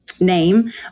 name